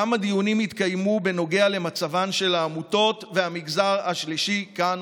כמה דיונים התקיימו בנוגע למצבן של העמותות והמגזר השלישי כאן,